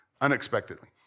unexpectedly